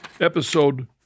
episode